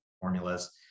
formulas